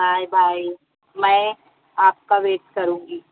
bye bye میں آپ کا ویٹ کروں گی